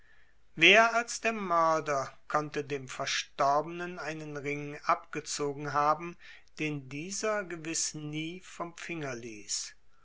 wer als der mörder konnte dem verstorbenen einen ring abgezogen haben den dieser gewiß nie vom finger ließ